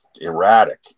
erratic